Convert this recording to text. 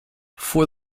for